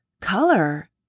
Color